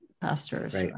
pastors